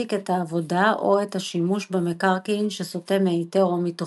להפסיק את העבודה או את השימוש במקרקעין שסוטה מהיתר או מתוכנית.